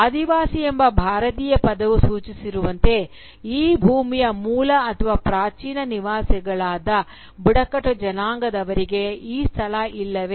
ಆದಿವಾಸಿ ಎಂಬ ಭಾರತೀಯ ಪದವು ಸೂಚಿಸುವಂತೆ ಈ ಭೂಮಿಯ ಮೂಲ ಅಥವಾ ಪ್ರಾಚೀನ ನಿವಾಸಿಗಳಾದ ಬುಡಕಟ್ಟು ಜನಾಂಗದವರಿಗೆ ಈ ಸ್ಥಳ ಇಲ್ಲವೇ